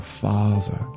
father